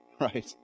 Right